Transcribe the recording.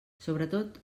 sobretot